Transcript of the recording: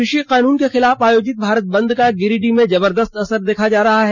कृषि कानून के खिलाफ आयोजित भारत बंद का गिरिडीह में जबरदस्त असर देखा जा रहा है